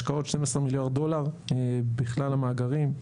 השקעות 12 מיליארד דולר בכלל המאגרים.